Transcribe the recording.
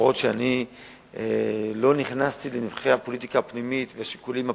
אף-על-פי שאני לא נכנסתי לנבכי הפוליטיקה הפנימית והשיקולים הפנימיים,